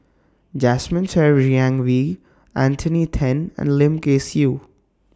Jasmine Ser Xiang Wei Anthony Then and Lim Kay Siu